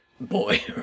boy